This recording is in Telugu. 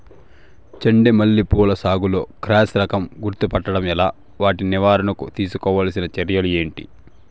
చెండు మల్లి పూల సాగులో క్రాస్ రకం గుర్తుపట్టడం ఎలా? వాటి నివారణకు తీసుకోవాల్సిన చర్యలు ఏంటి?